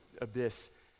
abyss